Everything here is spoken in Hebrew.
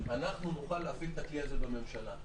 אנחנו נוכל להפעיל את הכלי הזה בממשלה.